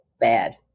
bad